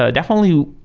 ah definitely,